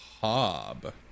Hob